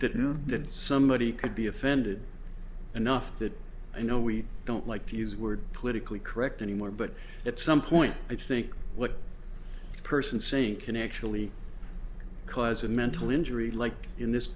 that knew that somebody could be offended enough that you know we don't like to use we're politically correct anymore but at some point i think what the person saying can actually cause a mental injury like in this